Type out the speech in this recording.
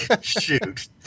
Shoot